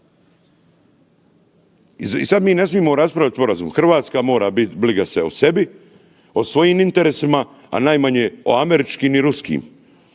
I sad mi ne smijemo raspravljati sporazum. Hrvatska mora bit briga se o sebi, o svojim interesima, a najmanje o američkim i ruskim.